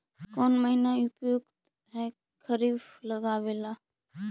कौन महीना उपयुकत है खरिफ लगावे ला?